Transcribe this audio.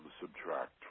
subtract